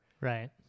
Right